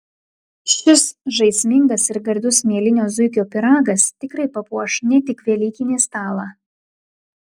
šis žaismingas ir gardus mielinio zuikio pyragas tikrai papuoš ne tik velykinį stalą